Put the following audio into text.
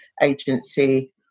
agency